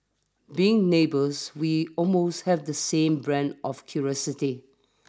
being neighbours we almost have the same brand of curiosity